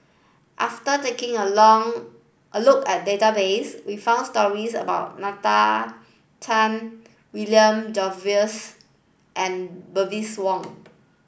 after taking a long a look at the database we found stories about Nalla Tan William Jervois and Bernice Wong